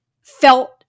felt